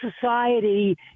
society